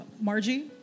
Margie